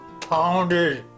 pounded